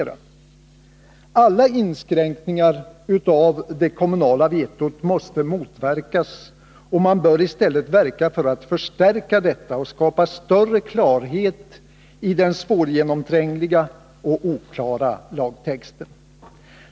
, Fortsatt fysisk Alla inskränkningar av det kommunala vetot måste motverkas, och man riksplanering, bör i stället verka för att förstärka detta och skapa större klarhet i den mm. m svårgenomträngliga och oklara lagtexten.